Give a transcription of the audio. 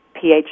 pH